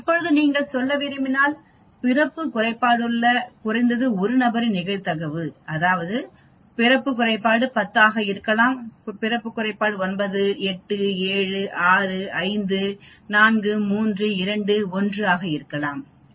இப்போது நீங்கள் சொல்ல விரும்பினால் பிறப்பு குறைபாடுள்ள குறைந்தது 1 நபரின் நிகழ்தகவு அதாவது பிறப்பு குறைபாடு 10 ஆக இருக்கலாம் பிறப்பு குறைபாடு ஒன்பது பிறப்பு குறைபாடு அனைத்து 8 அனைத்து 7 அனைத்து 6 பிறப்பு குறைபாடு 5 கொண்ட பிறப்பு குறைபாடு 4 3 2 1